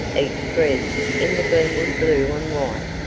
each dressed in the glenwood blue and white,